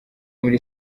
muri